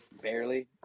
Barely